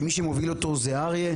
שמי שמוביל אותו הוא אריה.